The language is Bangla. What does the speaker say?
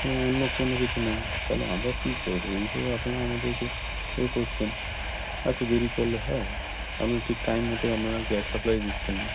অন্য কোনো কিছু নেই তাহলে আমরা কী করব এইভাবে আপনারা আমাদেরকে এ করছেন এত দেরি করলে হয় আমি ঠিক টাইম মতো আপনারা গ্যাস সাপ্লাই দিচ্ছেন না